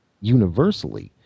universally